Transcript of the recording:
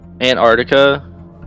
Antarctica